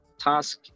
task